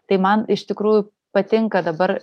tai man iš tikrųjų patinka dabar